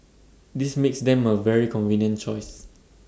this makes them A very convenient choice